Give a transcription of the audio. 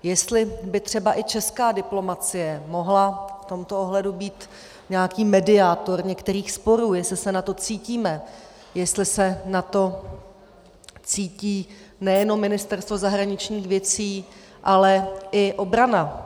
Jestli by třeba i česká diplomacie mohla v tomto ohledu být nějaký mediátor některých sporů, jestli se na to cítíme, jestli se na to cítí nejenom Ministerstvo zahraničních věcí, ale i obrana.